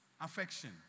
Affection